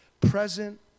present